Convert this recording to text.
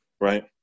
Right